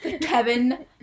Kevin